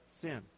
sin